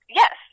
yes